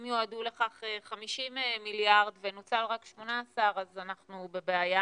אם יועדו לכך 50 מיליארד ונוצלו רק 18 אז אנחנו בבעיה,